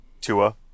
Tua